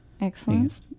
Excellent